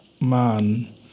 man